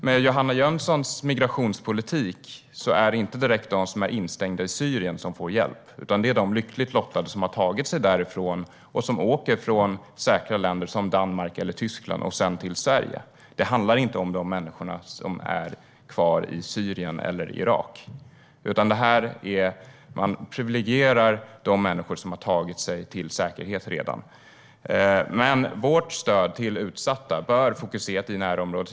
Med Johanna Jönssons migrationspolitik är det inte de som är instängda i Syrien som får hjälp, utan det är de lyckligt lottade som har tagit sig därifrån och som åker från säkra länder som Danmark och Tyskland till Sverige. Det handlar inte om de människor som är kvar i Syrien eller Irak utan om att ge privilegier till de människor som redan har tagit sig i säkerhet. Vårt stöd till utsatta bör fokuseras i närområdet.